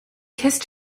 kissed